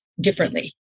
differently